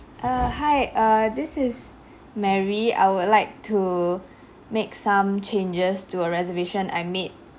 err hi err this is mary I would like to make some changes to a reservation I made a few days ago